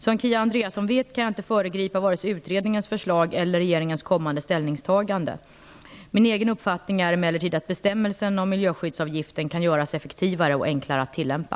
Som Kia Andreasson vet kan jag inte föregripa vare sig utredningens förslag eller regeringens kommande ställningstagande. Min egen uppfattning är emellertid att bestämmelserna om miljöskyddsavgiften kan göras effektivare och enklare att tillämpa.